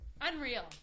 Unreal